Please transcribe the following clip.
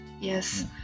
yes